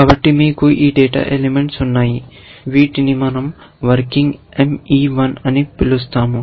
కాబట్టి మీకు ఈ డేటా ఎలిమెంట్స్ ఉన్నాయి వీటిని మనం వర్కింగ్ ME1 అని పిలుస్తాము